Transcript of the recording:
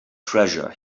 treasure